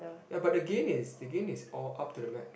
yea but the gain is the gain is all up to the max